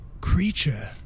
creature